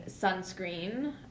sunscreen